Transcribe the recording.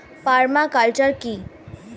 Parma culture কি?